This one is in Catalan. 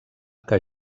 que